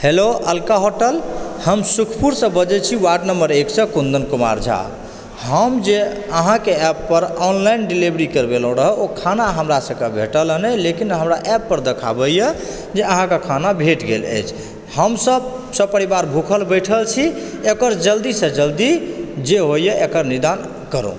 hello Alka hotel हम सुखपुरसंँ बजए छी वार्ड नम्बर एक से कुंदन कुमार झा हम जे अहाँकेँ एप पर ऑनलाइन डेलीवरी करवेलहुँ रहऽ ओ खाना हमरा से भेटल हँ नहि लेकिन हमरा एप पर देखाबैए जे अहाँकेँ खाना भेट गेल अछि हमसब सपरिवार भूखल बैठल छी एकर जल्दीसंँ जल्दी जे होइए एकर निदान करूँ